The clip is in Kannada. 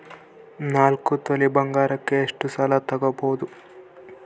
ನಾಲ್ಕು ತೊಲಿ ಬಂಗಾರಕ್ಕೆ ಎಷ್ಟು ಸಾಲ ತಗಬೋದು?